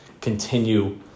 continue